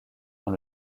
dans